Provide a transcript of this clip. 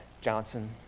Johnson